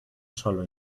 solo